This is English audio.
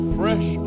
fresh